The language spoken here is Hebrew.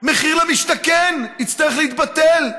מחיר למשתכן יצטרך להתבטל,